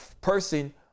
person